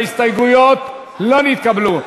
ההסתייגויות לא נתקבלו.